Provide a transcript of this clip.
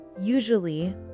usually